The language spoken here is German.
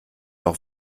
auch